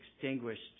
extinguished